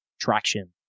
Traction